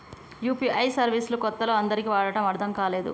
UPI service లు కొత్తలో అందరికీ వాడటం అర్థం కాలేదు